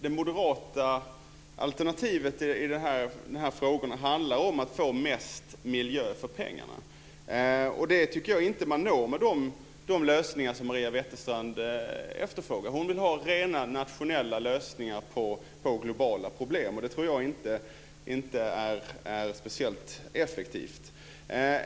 Det moderata alternativet i de här frågorna handlar om att få mest miljö för pengarna. Det tycker jag inte att man uppnår med de lösningar som Maria Wetterstrand efterfrågar. Hon vill ha rena nationella lösningar på globala problem, och det tror jag inte är speciellt effektivt.